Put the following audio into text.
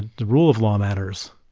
the rule of law matters,